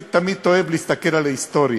אני תמיד אוהב להסתכל על ההיסטוריה.